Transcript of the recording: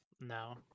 No